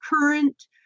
current